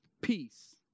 peace